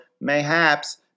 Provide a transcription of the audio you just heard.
mayhaps